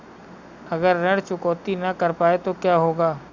अगर ऋण चुकौती न कर पाए तो क्या होगा?